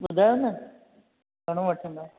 ॿुधायो न घणो वठंदव